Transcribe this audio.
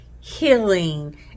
healing